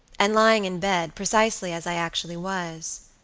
and lying in bed, precisely as i actually was.